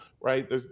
right